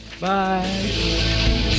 Bye